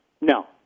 No